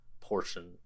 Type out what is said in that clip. portion